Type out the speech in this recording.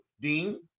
Dean